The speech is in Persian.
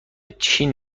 چین